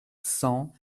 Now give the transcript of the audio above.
cent